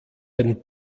den